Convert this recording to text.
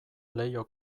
leiho